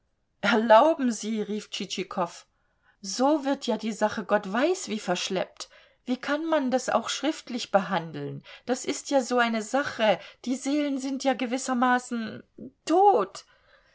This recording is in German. erlauben sie rief tschitschikow so wird ja die sache gott weiß wie verschleppt wie kann man das auch schriftlich behandeln das ist ja so eine sache die seelen sind ja gewissermaßen tot